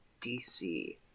DC